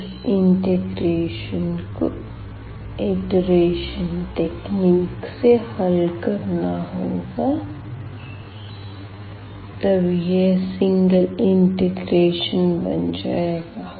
इस इंटीग्रेशन को iteration technique से हल करना होगा तब यह सिंगल इंटीग्रेशन बन जायेगा